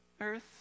earth